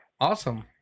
Awesome